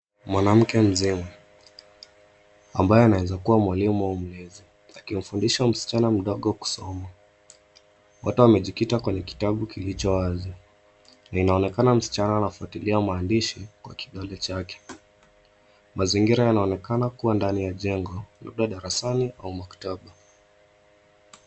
Mwanamke mzima ambaye anaweza kuwa mwalumu au mlezi, akimfundisha msichana mdogo kusoma. Wote wamejikita kwenye kitabu kilicho wazi. Inaonekana msichana anafuatilia maandishi kwa kidole chake. Mazingira yanaonekana kuwa ndani ya jengo labda darasani au maktaba.